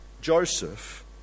Joseph